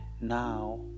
now